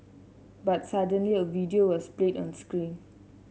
but suddenly a video was played on screen